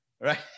Right